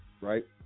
right